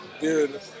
Dude